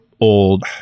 old